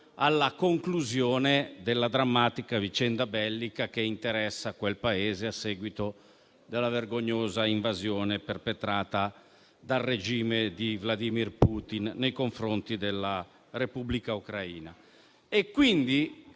alla conclusione della drammatica vicenda bellica che interessa quel Paese a seguito della vergognosa invasione perpetrata dal regime di Vladimir Putin nei confronti della Repubblica ucraina.